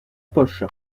poche